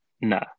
No